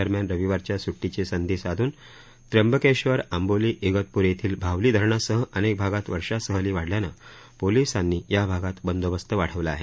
दरम्यान रविवारच्या स्ट्टीची संधी साधून त्र्यंबकेश्वर आंबोली इगतप्री येथील भावली धारणासह अनेक भागात वर्षा सहली वाढल्यानं पोलिसांनी या भागात बंदोबस्त वाढवला आहे